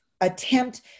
attempt